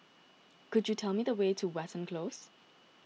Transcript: could you tell me the way to Watten Close